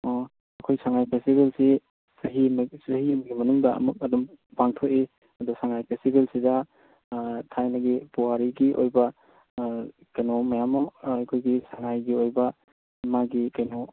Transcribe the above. ꯑꯣ ꯑꯩꯈꯣꯏ ꯁꯉꯥꯏ ꯐꯦꯁꯇꯤꯚꯦꯜꯁꯤ ꯆꯍꯤ ꯑꯃ ꯆꯍꯤ ꯑꯃꯒꯤ ꯃꯅꯨꯡꯗ ꯑꯃꯨꯛ ꯑꯗꯨꯝ ꯄꯥꯡꯊꯣꯛꯏ ꯑꯗꯣ ꯁꯉꯥꯏ ꯐꯦꯁꯇꯤꯚꯦꯜꯁꯤꯗ ꯊꯥꯏꯅꯒꯤ ꯄꯨꯋꯥꯔꯤꯒꯤ ꯑꯣꯏꯕ ꯀꯩꯅꯣ ꯃꯌꯥꯝ ꯑꯃ ꯑꯩꯈꯣꯏꯒꯤ ꯁꯉꯥꯏꯒꯤ ꯑꯣꯏꯕ ꯃꯥꯒꯤ ꯀꯩꯅꯣ